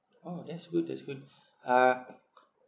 orh that's good that's good uh